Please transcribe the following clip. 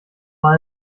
mal